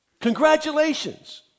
congratulations